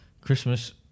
Christmas